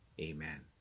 amen